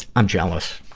i'm jealous!